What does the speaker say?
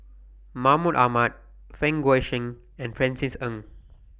Mahmud Ahmad Fang Guixiang and Francis Ng